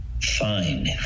fine